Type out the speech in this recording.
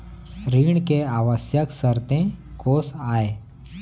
ऋण के आवश्यक शर्तें कोस आय?